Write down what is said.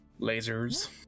Lasers